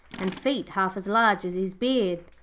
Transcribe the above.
and feet half as large as his beard.